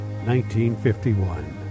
1951